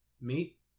meat